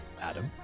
Adam